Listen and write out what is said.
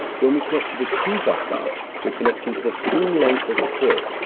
when we connect to the two bus bars, we're connecting to the full length of the coil.